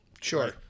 Sure